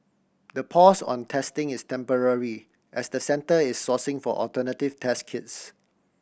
the pause on testing is temporary as the Centre is sourcing for alternative test kits